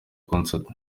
concert